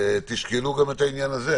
תשקלו גם את העניין הזה.